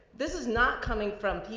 this is not coming from p,